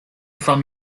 from